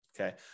okay